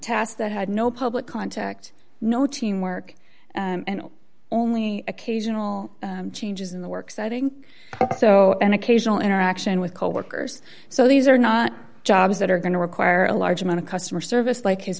tasks that had no public contact no team work and only occasional changes in the work setting so an occasional interaction with coworkers so these are not jobs that are going to require a large amount of customer service like his